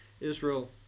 Israel